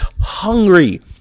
hungry